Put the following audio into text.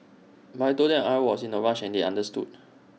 but I Told them I was in A rush and they understood